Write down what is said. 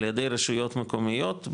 על ידי הרשויות המקומיות,